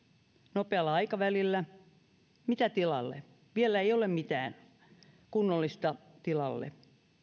nopealla aikavälillä mitä tilalle vielä ei ole mitään kunnollista tilalle